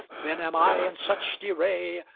then am i in such derray,